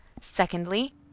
secondly